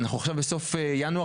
אנחנו עכשיו בסוף ינואר,